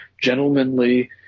gentlemanly –